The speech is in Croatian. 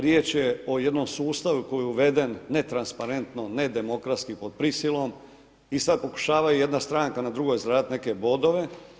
Riječ je o jednom sustavu koji je uveden ne transparentno, ne demokratski pod prisilom i sada pokušava na jedna stranka na drugoj zaraditi neke bodove.